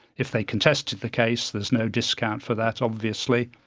if they contested the case there is no discount for that, obviously.